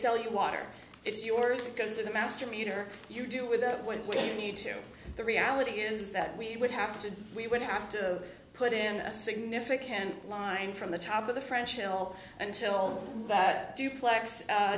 sell you water it's yours it goes to the master meter you do with that wind when you need to the reality is that we would have to we would have to put in a significant line from the top of the french hill until that duplex